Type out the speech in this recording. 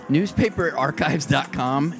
NewspaperArchives.com